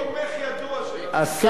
השר גלעד ארדן,